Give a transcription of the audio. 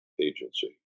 Agency